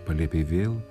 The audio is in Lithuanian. palėpėj vėl